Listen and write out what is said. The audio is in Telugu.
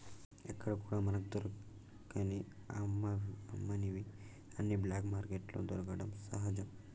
ఎక్కడా కూడా మనకు దొరకని అమ్మనివి అన్ని బ్లాక్ మార్కెట్లో దొరకడం సహజం